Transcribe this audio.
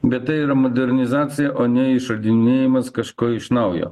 bet tai yra modernizacija o ne išradinėjimas kažko iš naujo